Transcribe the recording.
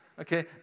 Okay